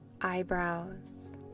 eyebrows